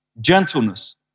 gentleness